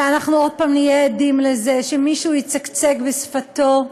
ואנחנו עוד פעם נהיה עדים לזה שמישהו יצקצק בשפתו.